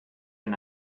and